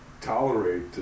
tolerate